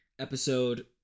episode